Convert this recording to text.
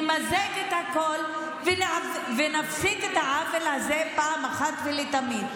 נמזג את הכול ונפסיק את העוול הזה אחת ולתמיד.